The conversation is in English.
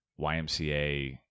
YMCA